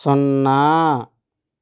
సున్నా